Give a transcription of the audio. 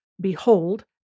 Behold